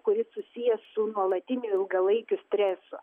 kuris susijęs su nuolatiniu ilgalaikiu stresu